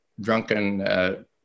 drunken